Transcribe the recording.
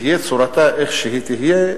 תהיה צורתה איך שהיא תהיה,